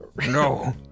No